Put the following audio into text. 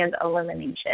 elimination